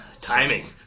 Timing